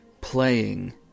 playing